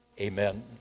amen